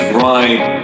right